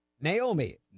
Naomi